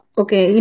okay